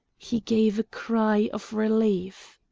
he gave a cry of relief.